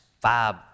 five